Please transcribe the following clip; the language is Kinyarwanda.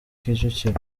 kicukiro